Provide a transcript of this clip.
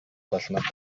болно